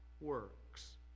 works